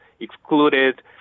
excluded